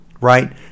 right